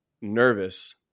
nervous